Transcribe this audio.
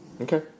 Okay